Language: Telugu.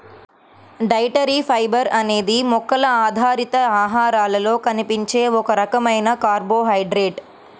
డైటరీ ఫైబర్ అనేది మొక్కల ఆధారిత ఆహారాలలో కనిపించే ఒక రకమైన కార్బోహైడ్రేట్